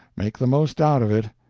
make the most out of it,